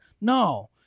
No